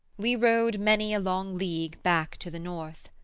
we rode many a long league back to the north.